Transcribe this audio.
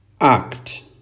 Act